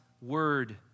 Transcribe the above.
word